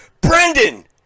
Brendan